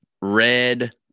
Red